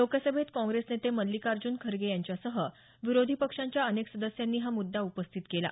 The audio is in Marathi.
लोकसभेत काँग्रेस नेते मल्लिकाजूर्न खरगे यांच्यासह विरोधी पक्षांच्या अनेक सदस्यांनी हा मुद्दा उपस्थित केला